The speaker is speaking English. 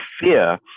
fear